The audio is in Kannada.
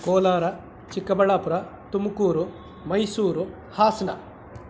ಕೋಲಾರ ಚಿಕ್ಕಬಳ್ಳಾಪುರ ತುಮಕೂರು ಮೈಸೂರು ಹಾಸನ